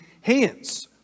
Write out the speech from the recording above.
hands